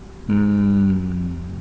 mmhmm